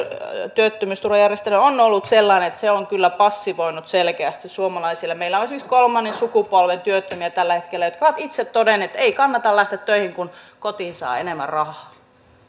työttömyysturvajärjestelmä on ollut sellainen että se on kyllä passivoinut selkeästi suomalaisia meillä on esimerkiksi kolmannen sukupolven työttömiä tällä hetkellä jotka ovat itse todenneet että ei kannata lähteä töihin kun kotiin saa enemmän rahaa